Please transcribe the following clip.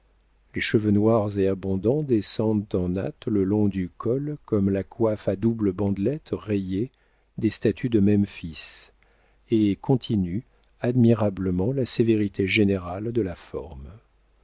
les cheveux noirs et abondants descendent en nattes le long du col comme la coiffe à double bandelette rayée des statues de memphis et continuent admirablement la sévérité générale de la forme